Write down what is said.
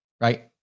right